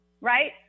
right